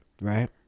right